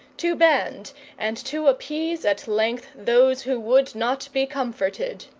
to bend and to appease at length those who would not be comforted.